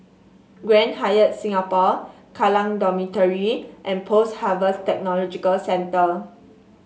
Grand Hyatt Singapore Kallang Dormitory and Post Harvest Technology Centre